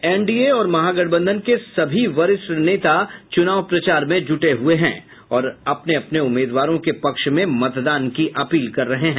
NDA और महागठबंधन के सभी वरिष्ठ नेता चुनाव प्रचार में जुटे हुये हैं और अपने उम्मीदवारों के पक्ष में मतदान की अपील कर रहे हैं